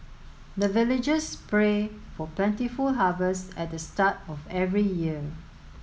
the villagers pray for plentiful harvest at the start of every year